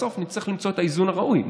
בסוף נצטרך למצוא את האיזון הראוי,